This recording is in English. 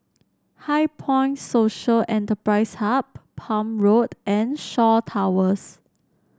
HighPoint Social Enterprise Hub Palm Road and Shaw Towers